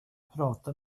prata